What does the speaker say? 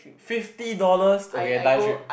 fifty dollars okay a nice trip